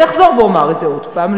ואני אחזור ואומר את זה עוד פעם,